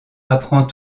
apprend